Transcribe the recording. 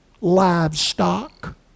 livestock